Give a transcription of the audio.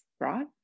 right